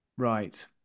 Right